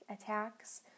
attacks